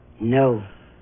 No